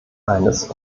eines